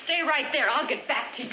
stay right there i'll get back to